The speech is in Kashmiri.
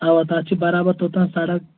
اَوہ تَتھ چھِ برابر توٚتانۍ سڑک